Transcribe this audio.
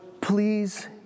please